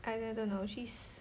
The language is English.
I I don't know she's